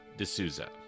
D'Souza